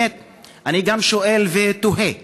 אני שואל ותוהה: